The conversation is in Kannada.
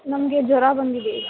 ನಮಗೆ ಜ್ವರ ಬಂದಿದೆ ಈಗ